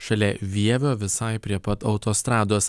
šalia vievio visai prie pat autostrados